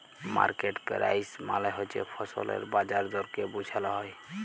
market price মালে হছে ফসলের বাজার দরকে বুঝাল হ্যয়